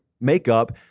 makeup